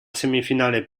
semifinale